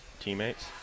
teammates